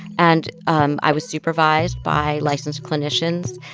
and um i was supervised by licensed clinicians.